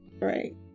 right